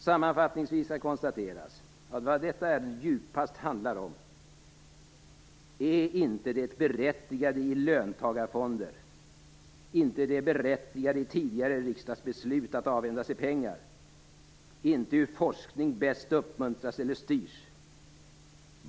Sammanfattningsvis kan konstateras att vad detta ärenden djupast handlar om är inte det berättigade i löntagarfonder, inte det berättigade i tidigare riksdags beslut att avhända sig pengar och inte hur forskning bäst uppmuntras eller styrs.